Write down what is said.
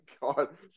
god